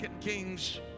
Kings